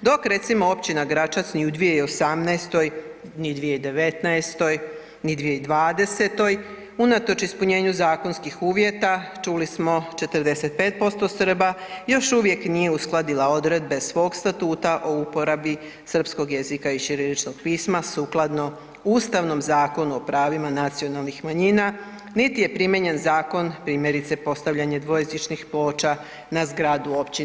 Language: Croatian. dok recimo općina Gračac ni u 2018. ni 2019. ni 2020. unatoč ispunjenju zakonskih uvjeta, čuli smo, 45% Srba još uvijek nije uskladila odredbe svog statuta o uporabi srpskog jezika i ćiriličnog pisma sukladno Ustavnom zakonu o pravima nacionalnih manjina niti je primijenjen zakon primjerice, postavljanje dvojezičnih ploča na zgradu općine.